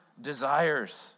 desires